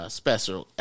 special